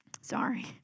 Sorry